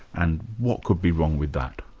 and what could be wrong with that?